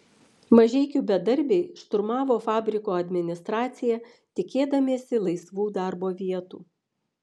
mažeikių bedarbiai šturmavo fabriko administraciją tikėdamiesi laisvų darbo vietų